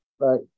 Right